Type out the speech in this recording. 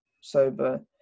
sober